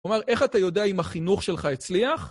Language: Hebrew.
כלומר, איך אתה יודע אם החינוך שלך הצליח?